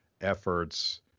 efforts